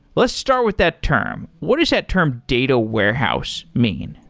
let's start with that term. what does that term data warehouse mean?